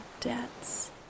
debts